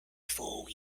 four